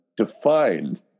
defined